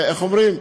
ו-איך אומרים,